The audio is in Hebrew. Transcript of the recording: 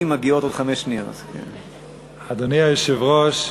אדוני היושב-ראש,